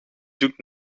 zoekt